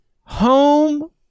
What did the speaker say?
home